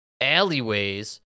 alleyways